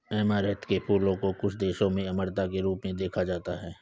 amaranth के फूलों को कुछ देशों में अमरता के रूप में देखा जाता है